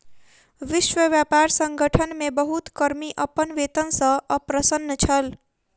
विश्व व्यापार संगठन मे बहुत कर्मी अपन वेतन सॅ अप्रसन्न छल